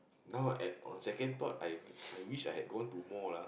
now at one second thought I wish I had gone to more lah